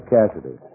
Cassidy